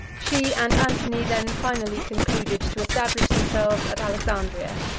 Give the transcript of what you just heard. she and antony then finally concluded to establish themselves at alexandria,